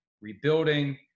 rebuilding